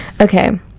okay